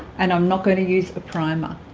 and i'm not going to use a primer